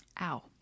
Ow